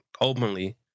openly